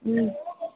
ह्म्